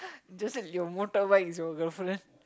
just that your motorbike's your girlfriend